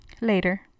Later